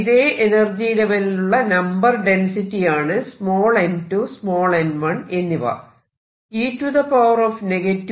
ഇതേ എനർജി ലെവെലിലുള്ള number density ആണ് n 2 n1 എന്നിവ